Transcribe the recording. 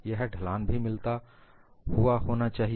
यह ढलान भी मिलता हुआ होना चाहिए